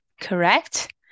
correct